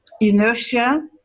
inertia